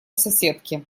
соседке